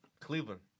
Cleveland